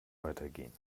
weitergehen